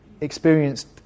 experienced